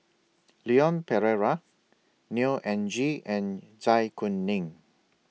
Leon Perera Neo Anngee and Zai Kuning